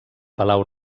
palau